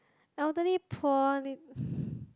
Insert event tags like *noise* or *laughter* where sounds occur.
elderly poor need *breath*